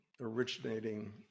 originating